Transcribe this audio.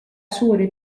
suuri